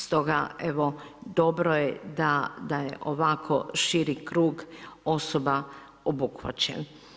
Stoga evo dobro je da ovako širi krug osoba obuhvaćen.